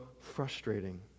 frustrating